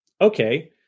okay